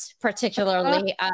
particularly